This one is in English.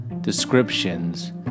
descriptions